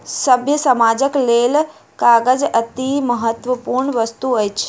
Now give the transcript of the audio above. सभ्य समाजक लेल कागज अतिमहत्वपूर्ण वस्तु अछि